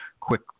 quick